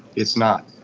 it's not.